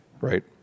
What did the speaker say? Right